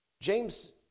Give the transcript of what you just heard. James